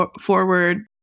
forward